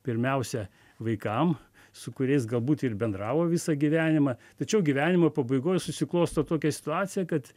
pirmiausia vaikam su kuriais galbūt ir bendravo visą gyvenimą tačiau gyvenimo pabaigoj susiklosto tokia situacija kad